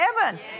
heaven